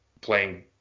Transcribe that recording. playing